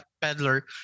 peddler